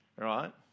right